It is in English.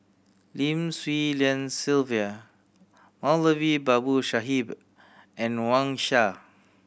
Lim Swee Lian Sylvia Moulavi Babu Sahib and Wang Sha